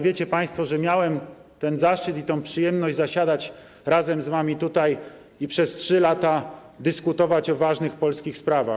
Wiedzą Państwo, że miałem ten zaszczyt i tę przyjemność zasiadać z wami tutaj i przez 3 lata dyskutować o ważnych polskich sprawach.